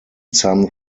some